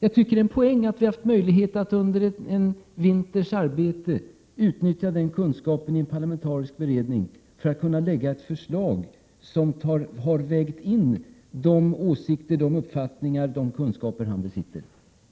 Jag tycker att det är en poäng att vi har haft möjlighet att under en vinters arbete utnyttja den kunskapen i en parlamentarisk beredning för att kunna lägga fram ett förslag som har vägt in de kunskaper och åsikter som han har.